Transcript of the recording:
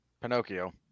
Pinocchio